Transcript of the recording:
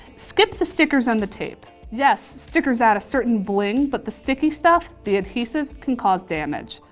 skip the stickers and the tape. yes, stickers add a certain bling, but the sticky stuff, the adhesive can cause damage.